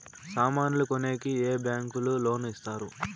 సామాన్లు కొనేకి ఏ బ్యాంకులు లోను ఇస్తారు?